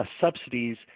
subsidies